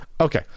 okay